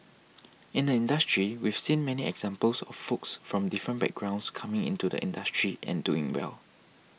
in the industry we've seen many examples of folks from different backgrounds coming into the industry and doing well